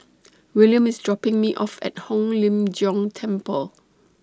Willam IS dropping Me off At Hong Lim Jiong Temple